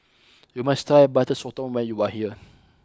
you must tie Butter Sotong when you are here